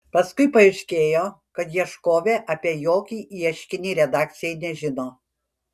paskui paaiškėjo kad ieškovė apie jokį ieškinį redakcijai nežino